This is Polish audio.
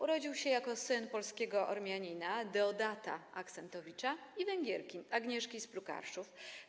Urodził się jako syn polskiego Ormianina, Deodata Axentowicza, i Węgierki, Agnieszki z Plukarszów.